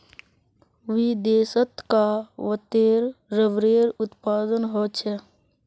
विदेशत कां वत्ते रबरेर उत्पादन ह छेक